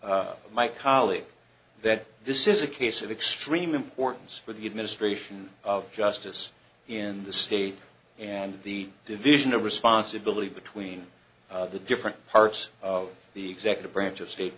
my colleague that this is a case of extreme importance for the administration of justice in the state and the division of responsibility between the different parts of the executive branch of st